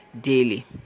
daily